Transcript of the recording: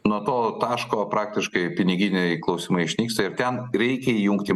nuo to taško praktiškai piniginiai klausimai išnyksta ir ten reikia įjungti